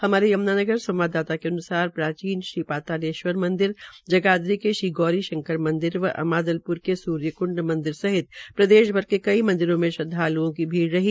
हमारे यम्नानगर संवाददाता के अन्सार प्राचीन पतालेश्वर मंदिर जगाधरी के श्री गोरी शंकर मंदिर व अमादलप्र के सूर्यक्ंड मंदिर सहित प्रदेश के कई मंदिरों में श्रद्वाल्ओं की भीड रही